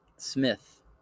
Smith